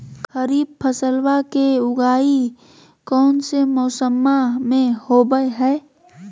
खरीफ फसलवा के उगाई कौन से मौसमा मे होवय है?